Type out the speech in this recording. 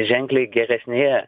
ženkliai geresnėje